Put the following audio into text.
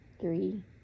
Three